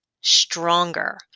stronger